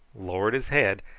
lowered his head,